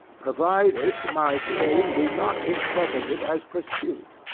provided my staying be not interpreted as pursuit.